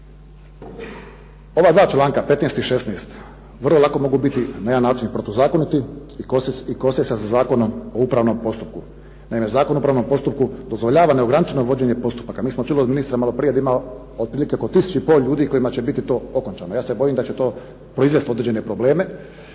Ova dva članka 15. i 16. vrlo lako mogu biti na jedan način protuzakoniti i kose se sa Zakonom o upravnom postupku. Naime, Zakon o upravnom postupku dozvoljava neograničeno vođenje postupaka. Mi smo čuli od ministra maloprije da ima otprilike oko tisuću i pol ljudi kojima će biti to okončano. Ja se bojim da će to proizvesti određene probleme,